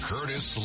Curtis